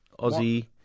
Aussie